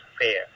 fair